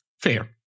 Fair